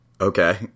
Okay